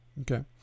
Okay